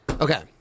Okay